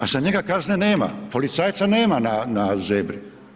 A za njega kazne nema, policajca nema na zebri.